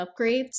upgrades